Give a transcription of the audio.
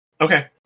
Okay